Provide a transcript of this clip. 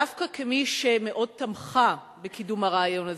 דווקא כמי שמאוד תמכה בקידום הרעיון הזה,